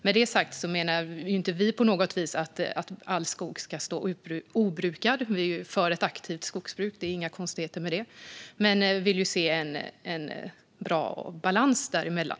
Med det sagt menar vi inte på något vis att all skog ska stå obrukad. Vi är för ett aktivt skogsbruk. Det är inga konstigheter med det. Men vi vill såklart se en bra balans däremellan.